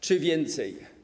czy więcej.